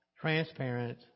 transparent